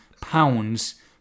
pounds